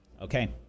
okay